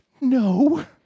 no